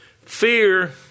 fear